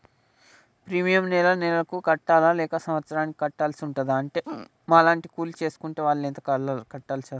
Premium నెల నెలకు కట్టాలా లేక సంవత్సరానికి కట్టాల్సి ఉంటదా? ఉంటే మా లాంటి కూలి చేసుకునే వాళ్లు ఎంత కట్టాల్సి ఉంటది?